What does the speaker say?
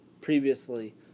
previously